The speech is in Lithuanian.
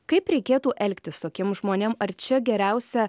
kaip reikėtų elgtis tokiem žmonėm ar čia geriausia